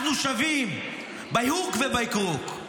אנחנו שווים by hook or by crook.